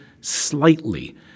slightly